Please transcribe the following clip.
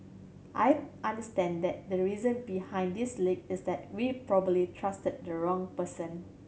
I understand that the reason behind this leak is that we probably trusted the wrong person